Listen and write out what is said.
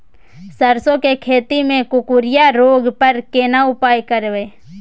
सरसो के खेती मे कुकुरिया रोग पर केना उपाय करब?